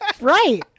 Right